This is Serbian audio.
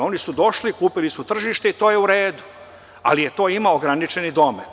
Oni su došli, kupili su tržište i to je u redu, ali to ima ograničeni domet.